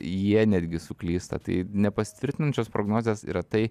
jie netgi suklysta tai nepasitvirtinančios prognozės yra tai